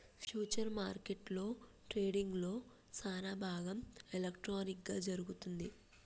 futures మార్కెట్లో ట్రేడింగ్లో సానాభాగం ఎలక్ట్రానిక్ గా జరుగుతుంది